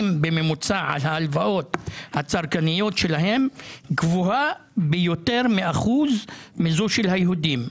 בממוצע על ההלוואות הצרכניות שלהם גבוהה ביותר מאחוז מזו של היהודים,